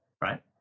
right